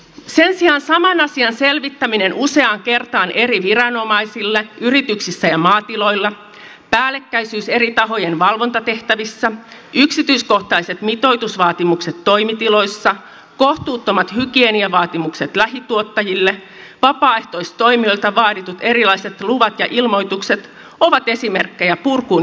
sen sijaan saman asian selvittäminen useaan kertaan eri viranomaisille yrityksissä ja maatiloilla päällekkäisyys eri tahojen valvontatehtävissä yksityiskohtaiset mitoitusvaatimukset toimitiloissa kohtuuttomat hygieniavaatimukset lähituottajille vapaaehtoistoimijoilta vaaditut erilaiset luvat ja ilmoitukset ovat esimerkkejä purkuun joutavista normeista